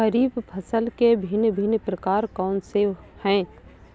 खरीब फसल के भिन भिन प्रकार कौन से हैं?